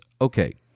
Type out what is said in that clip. okay